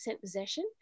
possession